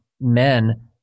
men